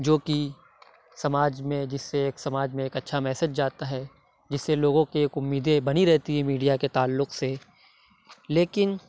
جو کہ سماج میں جس سے ایک سماج میں ایک اچھا میسیج جاتا ہے جس سے لوگوں کے ایک اُمیدیں بنی رہتی ہے میڈیا کے تعلق سے لیکن